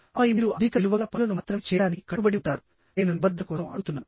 ఆపై మీరు అధిక విలువ గల పనులను మాత్రమే చేయడానికి కట్టుబడి ఉంటారు నేను నిబద్ధత కోసం అడుగుతున్నాను